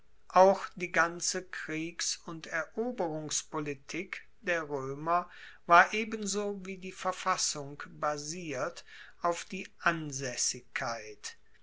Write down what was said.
auch die ganze kriegs und eroberungspolitik der roemer war ebenso wie die verfassung basiert auf die ansaessigkeit